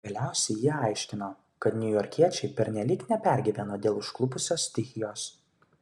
galiausiai ji aiškino kad niujorkiečiai pernelyg nepergyveno dėl užklupusios stichijos